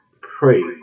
pray